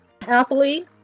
happily